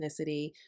ethnicity